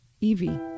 Evie